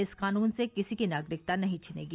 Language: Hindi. इस कानून से किसी की नागरिकता नहीं छिनेगी